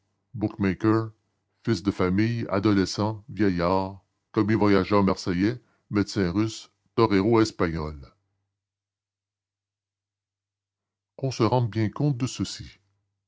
fils de famille adolescent vieillard commis-voyageur marseillais médecin russe torero espagnol qu'on se rende bien compte de ceci